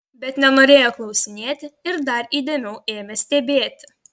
bet nenorėjo klausinėti ir dar įdėmiau ėmė stebėti